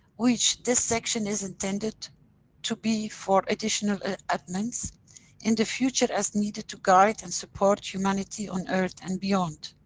which this section is intended to be for additional amendments, in the future as needed to guide and support humanity on earth and beyond.